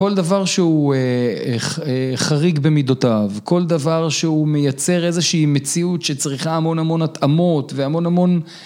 כל דבר שהוא חריג במידותיו, כל דבר שהוא מייצר איזושהי מציאות שצריכה המון המון התאמות והמון המון